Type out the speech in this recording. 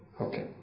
Okay